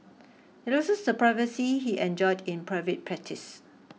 he loses the privacy he enjoyed in private practice